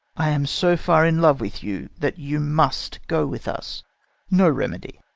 i am so far in love with you, that you must go with us no remedy.